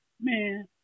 man